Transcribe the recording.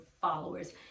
followers